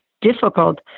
difficult